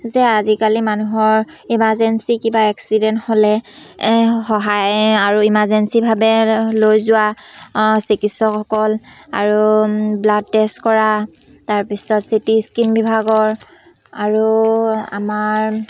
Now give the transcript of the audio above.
যে আজিকালি মানুহৰ ইমাৰ্জেঞ্চি কিবা এক্সিডেণ্ট হ'লে সহায় আৰু ইমাৰ্জেঞ্চিভাৱে লৈ যোৱা চিকিৎসকসকল আৰু ব্লাড টেষ্ট কৰা তাৰপিছত চিটি স্কিন বিভাগৰ আৰু আমাৰ